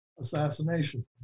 assassination